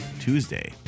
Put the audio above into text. Tuesday